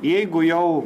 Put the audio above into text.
jeigu jau